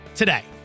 today